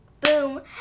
boom